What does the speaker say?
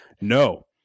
No